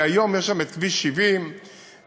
כי כיום יש שם כביש 70 וכפר-יאסיף.